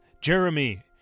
Jeremy